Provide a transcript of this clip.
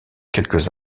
quelques